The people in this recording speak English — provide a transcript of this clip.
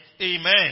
Amen